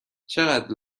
چقدر